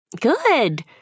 Good